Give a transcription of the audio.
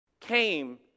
came